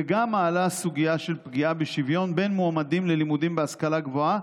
וגם מעלה סוגיה של פגיעה בשוויון בין מועמדים ללימודים בהשכלה גבוהה,